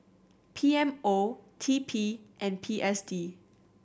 P M O T P and P S D